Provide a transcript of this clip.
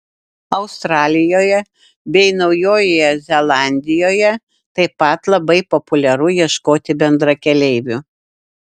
australijoje bei naujojoje zelandijoje taip pat labai populiaru ieškoti bendrakeleivių